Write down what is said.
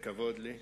לכבוד לי.